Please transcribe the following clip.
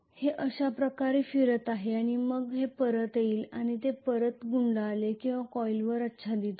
हे अशा प्रकारे फिरत आहे आणि मग ते परत येईल आणि ते परत गुंडाळेल किंवा कॉइलवर आच्छादित होईल